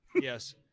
Yes